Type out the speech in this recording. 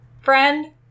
friend